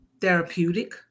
therapeutic